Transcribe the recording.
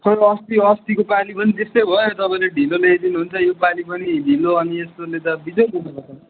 खै अस्ति अस्तिको पाली पनि त्यस्तै भयो तपाईँले ढिलोे ल्याइदिनु हुन्छ योपालि पनि ढिलो अनि यस्तोले त बिजोग हुने भयो त